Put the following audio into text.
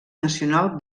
nacional